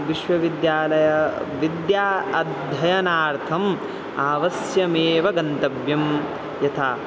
विश्वविद्यालयः विद्या अध्ययनार्थम् अवश्यमेव गन्तव्यं यथा